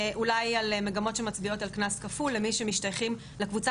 אולי על מגמות שמצביעות על קנס כפול למי שמשתייכים לקבוצה